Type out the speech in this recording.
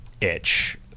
itch